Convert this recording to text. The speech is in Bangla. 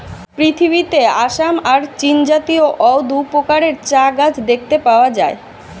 পৃথিবীতে আসাম আর চীনজাতীয় অউ দুই প্রকারের চা গাছ দেখতে পাওয়া যায়